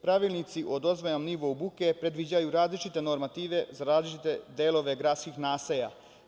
Pravilnici o dozvoljenom nivou buke predviđaju različite normative za različite delove gradskih naselja.